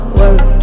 work